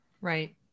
Right